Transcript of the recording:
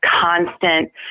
constant